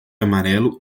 amarelo